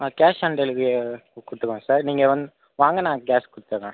ah cash on delivery கொடுத்துருவேன் sir நீங்கள் வந் வாங்க நான் கேஷ் கொடுத்துட்றேன்